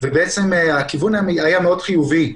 הכיוון היה מאוד חיובי.